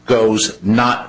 goes not